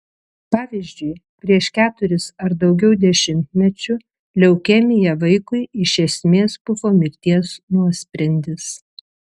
pavyzdžiui prieš keturis ar daugiau dešimtmečių leukemija vaikui iš esmės buvo mirties nuosprendis